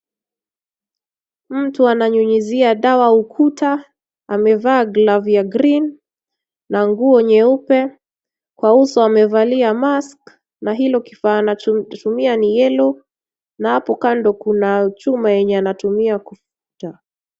Mtu ananyunyizia dawa ukuta, amevaa glavu ya green na nguo nyeupe, kwa uso amevalia mask na hilo kifaa anachotumia ni yellow na hapo kando kuna chuma yenye anatumia kuvuta.